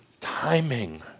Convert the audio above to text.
timing